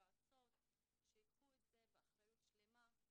יועצות שייקחו את זה באחריות שלמה.